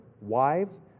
wives